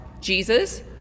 Jesus